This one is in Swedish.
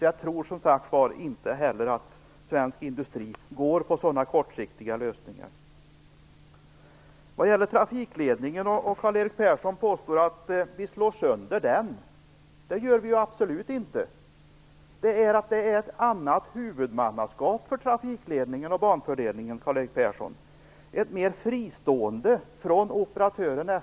Jag tror som sagt inte heller att svensk industri går på sådana kortsiktiga lösningar. Karl-Erik Persson påstår att vi slår sönder trafikledningen. Det gör vi absolut inte. Det skall bara vara ett annat huvudmannaskap för trafikledningen och banfördelningen, Karl-Erik Persson. Det är ett huvudmannaskap som är mera fristående från operatören SJ.